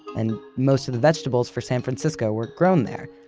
and most of the vegetables for san francisco were grown there.